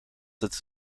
het